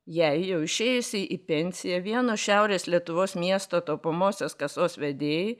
jai jau išėjusiai į pensiją vieno šiaurės lietuvos miesto taupomosios kasos vedėjai